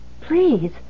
Please